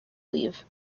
leave